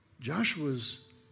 Joshua's